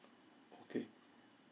okay